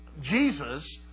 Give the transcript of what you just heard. Jesus